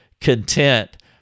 content